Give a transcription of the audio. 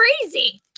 crazy